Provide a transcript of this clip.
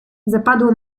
zapadło